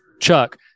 Chuck